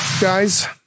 Guys